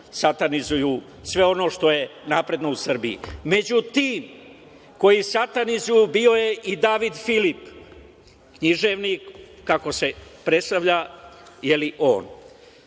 satanizuju sve ono što je napredno u Srbiji.Među tim koji satanizuju bio je i David Filip, književnik kako se predstavlja on.